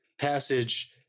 passage